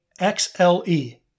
XLE